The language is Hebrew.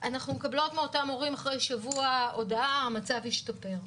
אחרי שבוע אנחנו מקבלות מאותם הורים הודעה שהמצב השתפר.